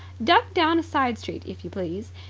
ducked down a side-street, if you please.